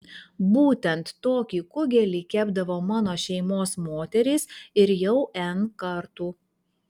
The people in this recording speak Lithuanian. būtent tokį kugelį kepdavo mano šeimos moterys ir jau n kartų